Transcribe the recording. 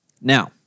Now